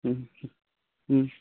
ও